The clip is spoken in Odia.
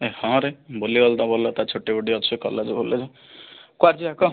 ଏ ହଁ ରେ ବୁଲିବାକୁ ତ ଭଲ ତା ଛୁଟି ଫୁଟି ଅଛି କଲେଜ୍ ଫଲେଜ୍ କୁଆଡ଼େ ଯିବା କହ